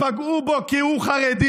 פגעו בו כי הוא חרדי.